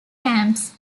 camps